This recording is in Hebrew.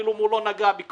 אפילו אם הוא לא נגע בכלום,